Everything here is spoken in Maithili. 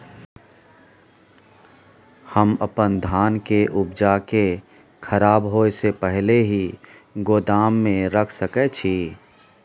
हम अपन धान के उपजा के खराब होय से पहिले ही गोदाम में रख सके छी?